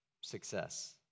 success